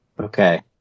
Okay